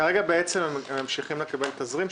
כרגע בעצם הם ממשיכים לקבל תזרים?